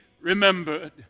remembered